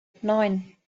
neun